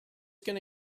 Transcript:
gonna